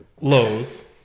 Lowe's